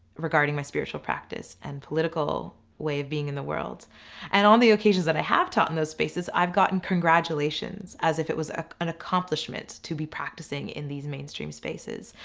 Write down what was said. regarding my spiritual practice and political way being in the world and on the occasions that i have taught in those spaces, i've gotten congratulations as if it was an accomplishments to be practicing in these mainstream spaces.